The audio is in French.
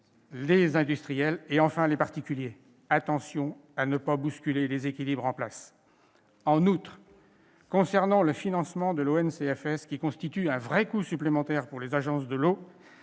les industriels et enfin les particuliers. Attention à ne pas bousculer les équilibres en place ! En outre, en ce qui concerne le financement de l'ONCFS, qui constitue un vrai coût supplémentaire pour les agences de l'eau,